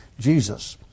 Jesus